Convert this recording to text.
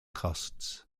costs